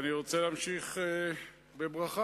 אני רוצה להמשיך בברכה